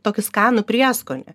tokį skanų prieskonį